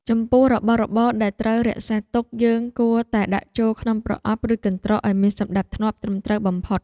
ចំពោះរបស់របរដែលត្រូវរក្សាទុកយើងគួរតែដាក់ចូលក្នុងប្រអប់ឬកន្ត្រកឱ្យមានសណ្តាប់ធ្នាប់ត្រឹមត្រូវបំផុត។